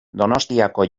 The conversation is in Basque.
donostiako